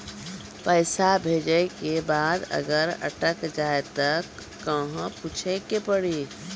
पैसा भेजै के बाद अगर अटक जाए ता कहां पूछे के पड़ी?